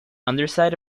underside